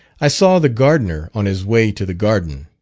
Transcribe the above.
i saw the gardener on his way to the garden.